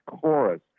chorus